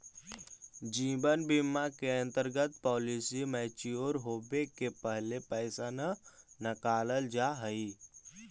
जीवन बीमा के अंतर्गत पॉलिसी मैच्योर होवे के पहिले पैसा न नकालल जाऽ हई